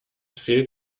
fehlt